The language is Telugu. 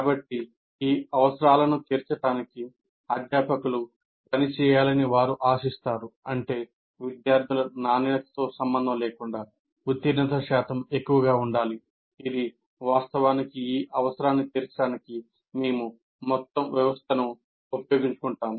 కాబట్టి ఈ అవసరాలను తీర్చడానికి అధ్యాపకులు పని చేయాలని వారు ఆశిస్తారు అంటే విద్యార్థుల నాణ్యతతో సంబంధం లేకుండా ఉత్తీర్ణత శాతం ఎక్కువగా ఉండాలి ఇది వాస్తవానికి ఈ అవసరాన్ని తీర్చడానికి మొత్తం వ్యవస్థను ఉపయోగించుకుంటుంది